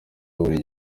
buri